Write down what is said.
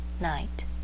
Night